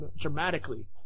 dramatically